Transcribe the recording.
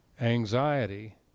anxiety